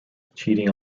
cheating